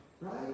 right